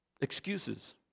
Excuses